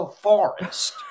Forest